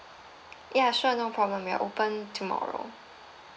ya sure no problem we are open tomorrow